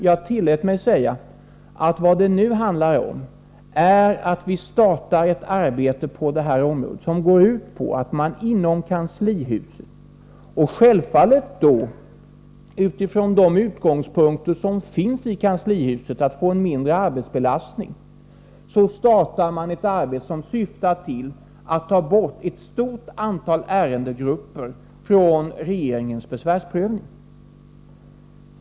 Jag tillät mig att säga att vad det nu handlar om är att vi nu startar ett arbete som syftar till att — självfallet utifrån de utgångspunkter som finns i kanslihuset: att där få en mindre arbetsbelastning — ta bort ett stort antal ärendegrupper från regeringens besvärsprövning.